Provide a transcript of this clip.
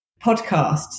podcasts